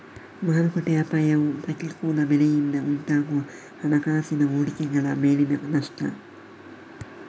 ಮಾರುಕಟ್ಟೆ ಅಪಾಯವು ಪ್ರತಿಕೂಲ ಬೆಲೆಯಿಂದ ಉಂಟಾಗುವ ಹಣಕಾಸಿನ ಹೂಡಿಕೆಗಳ ಮೇಲಿನ ನಷ್ಟ